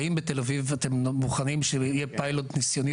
האם בתל אביב אתם מוכנים שיהיה פיילוט ניסיוני